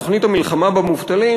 תוכנית המלחמה במובטלים,